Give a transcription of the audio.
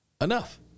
enough